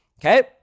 okay